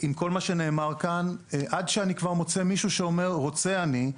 עם כל מה שנאמר כאן עד שאני כבר מוצא מישהו שאומר "רוצה אני",